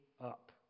up